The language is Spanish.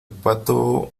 pato